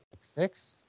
six